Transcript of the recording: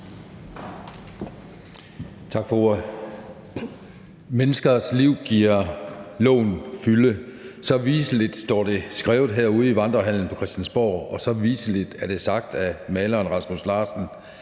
Tak for ordet. Menneskers liv giver loven fylde. Så viseligt står det skrevet herude i Vandrehallen på Christiansborg, og så viseligt er det sagt af maleren Rasmus Larsen